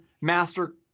master